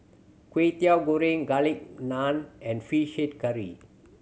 Kway Teow Goreng Garlic Naan and Fish Head Curry